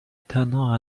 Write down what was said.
تنها